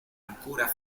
ancora